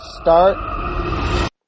start